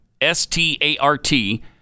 S-T-A-R-T